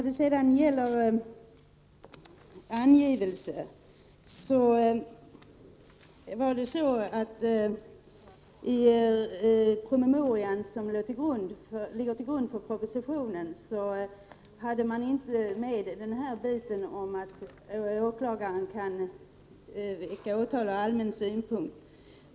Beträffande angivelse vill jag framhålla att man i den promemoria som ligger till grund för propositionen inte har med detta att åklagaren kan väcka åtal med hänvisning till ”allmän synpunkt”.